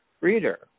reader